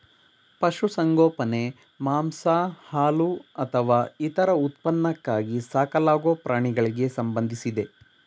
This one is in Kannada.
ಪಶುಸಂಗೋಪನೆ ಮಾಂಸ ಹಾಲು ಅಥವಾ ಇತರ ಉತ್ಪನ್ನಕ್ಕಾಗಿ ಸಾಕಲಾಗೊ ಪ್ರಾಣಿಗಳಿಗೆ ಸಂಬಂಧಿಸಿದೆ